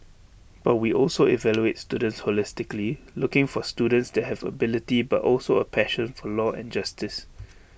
but we also evaluate students holistically looking for students that have ability but also A passion for law and justice